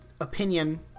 opinion